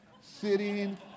sitting